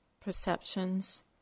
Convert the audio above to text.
perceptions